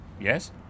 Yes